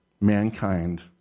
mankind